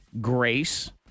Grace